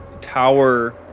tower